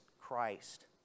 Christ